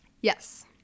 Yes